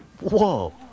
Whoa